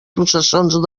processons